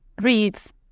reads